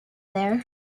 there